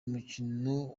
umukino